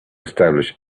establish